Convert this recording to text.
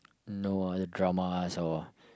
no other dramas or